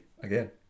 again